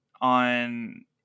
on